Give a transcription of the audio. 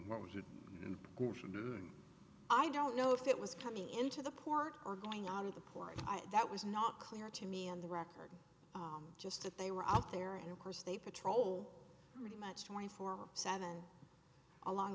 what was it and i don't know if it was coming into the port or going out of the port that was not clear to me on the record just that they were out there and of course they patrol pretty much twenty four seven along